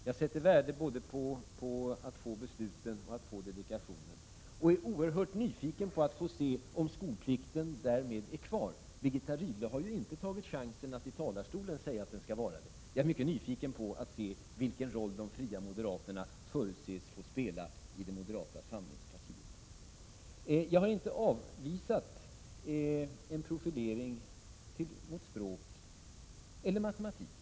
Jag sätter värde både på att få besluten och på att få dedikationen, och jag är oerhört nyfiken på att se om skolplikten därmed är kvar — Birgitta Rydle har ju inte tagit chansen att i talarstolen säga att den skall vara det. Jag är alltså mycket nyfiken på att se vilken roll de Fria moderaterna förutses få spela i moderata samlingspartiet. Jag har inte avvisat en profilering mot språk eller matematik.